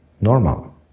normal